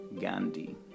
Gandhi